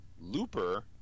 Looper